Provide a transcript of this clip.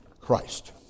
Christ